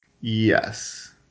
Yes